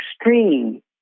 extreme